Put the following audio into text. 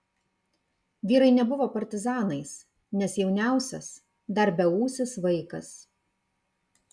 vyrai nebuvo partizanais nes jauniausias dar beūsis vaikas